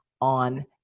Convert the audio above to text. on